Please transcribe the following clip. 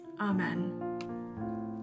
Amen